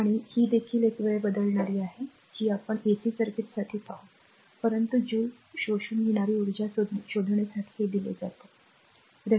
आणि ही देखील एक वेळ बदलणारी आहे जी आपण एसी सर्किटसाठी पाहू परंतु जूल शोषून घेणारी ऊर्जा शोधण्यासाठी हे दिले जाते